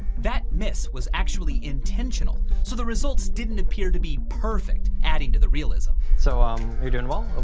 that miss was actually intentional. so the results didn't appear to be perfect. adding to the realism. so um you're doing well,